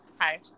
hi